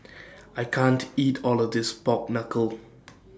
I can't eat All of This Pork Knuckle